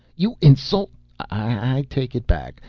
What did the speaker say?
you insult i take it back.